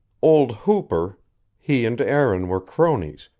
old hooper he and aaron were cronies,